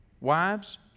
Wives